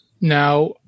now